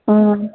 অঁ